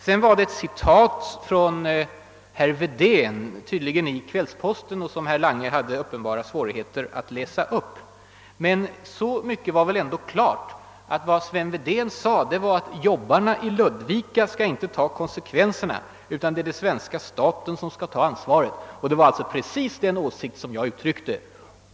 Statsrådet Lange hade sedan uppenbara svårigheter med att läsa upp ett citat, tydligen ur Kvällsposten, av ett utalande av herr Wedén. Men så mycket stod väl klart att Sven Wedén sagt, att arbetarna i Ludvika inte skall behöva ta konsekvenserna av en inställd leverans till Cabora Bassa utan att det är svenska staten som skall bära ansvaret. Detta var precis den åsikt som jag själv uttryckte.